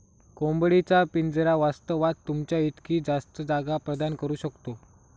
कोंबडी चा पिंजरा वास्तवात, तुमच्या इतकी जास्त जागा प्रदान करू शकतो